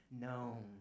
known